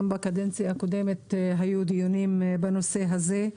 גם בקדנציה הקודמת היו דיונים בנושא הזה.